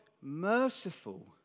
merciful